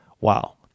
wow